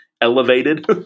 elevated